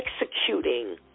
executing